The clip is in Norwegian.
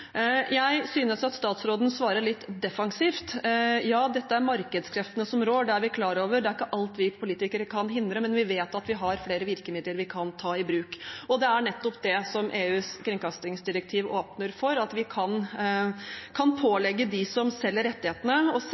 Jeg synes at statsråden svarer litt defensivt. Ja, det er markedskreftene som rår, det er vi klar over, det er ikke alt vi politikere kan hindre, men vi vet at vi har flere virkemidler vi kan ta i bruk. Og det er nettopp det EUs kringkastingsdirektiv åpner for: at vi kan pålegge dem som selger rettighetene,